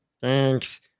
Thanks